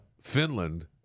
Finland